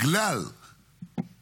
תודה רבה לחברת הכנסת וולדיגר.